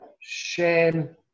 shame